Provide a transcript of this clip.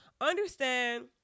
understand